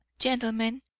gentlemen,